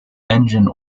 engine